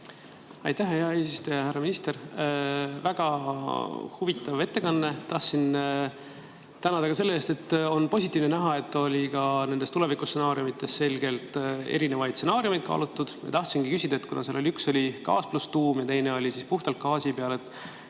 Aitäh, hea eesistuja! Härra minister! Väga huvitav ettekanne. Tahtsin tänada ka selle eest, et on positiivne näha, et oli ka nendes tulevikustsenaariumides selgelt erinevaid stsenaariume kaalutud. Ma tahtsingi küsida selle kohta. Seal üks oli gaas pluss tuum ja teine oli puhtalt gaasi peal.